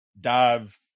dive